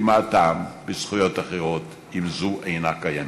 כי מה הטעם בזכויות אחרות אם זו אינה קיימת?